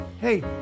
hey